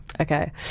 Okay